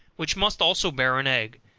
which must also bear an egg,